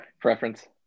Preference